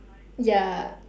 ya